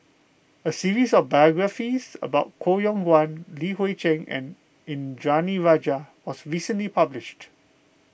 a series of biographies about Koh Yong Guan Li Hui Cheng and Indranee Rajah was recently published